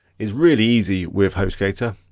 is really easy with hostgator.